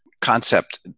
concept